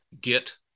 get